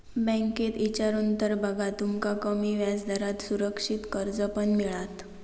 बँकेत इचारून तर बघा, तुमका कमी व्याजदरात सुरक्षित कर्ज पण मिळात